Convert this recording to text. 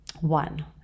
One